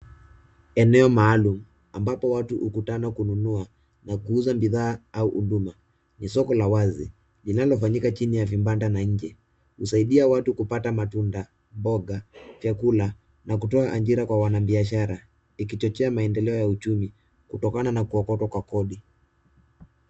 Eneo maalum ambapo watu hukutana kununua na kuuza bidhaa au huduma . Ni soko la wazi linalofanyika chini ya vibanda na nje .Husaidia watu kupata matunda, mboga, vyakula, na kutoa ajira kwa wanabiashara, ikichangia maendeleao ya uchumi kutokana na kuokotwa kwa kodi.